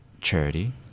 charity